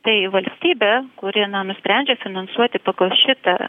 tai valstybė kuri na nusprendžia finansuoti pagal šitą